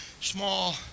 small